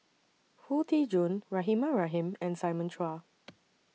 Foo Tee Jun Rahimah Rahim and Simon Chua